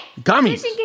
Gummies